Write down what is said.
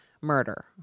murder